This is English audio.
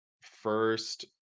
first